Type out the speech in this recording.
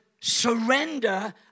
surrender